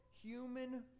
human